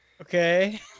Okay